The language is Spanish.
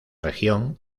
región